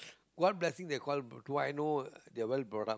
what blessing they called what I know they are well brought up